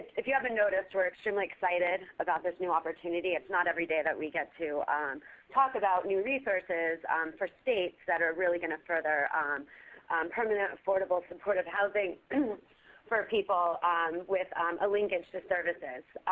if you haven't noticed, we're extremely excited about this new opportunity. it's not every day that we get to talk about new resources for states that are really going further permanent, affordable, supportive housing for people with a linkage to services.